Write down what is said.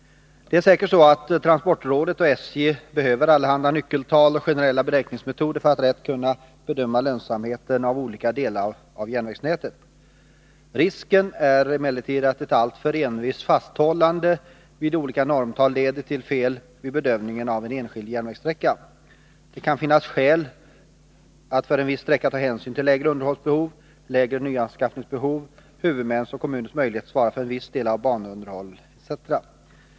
Det är säkert så att transportrådet och SJ behöver allehanda nyckeltal och generella beräkningsmetoder för att rätt kunna bedöma lönsamheten på olika delar av järnvägsnätet. Risken är emellertid att ett alltför envist fasthållande vid olika normtal leder fel vid bedömningen av en enskild järnvägssträcka. Det kan finnas skäl att för en viss sträcka ta hänsyn till lägre underhållsbehov, lägre nyanskaffningsbehov, huvudmäns och kommuners möjlighet att svara för viss del av banunderhåll, etc.